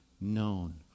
known